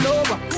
over